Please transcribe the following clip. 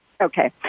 Okay